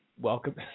Welcome